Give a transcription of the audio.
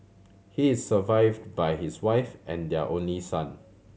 he is survived by his wife and their only son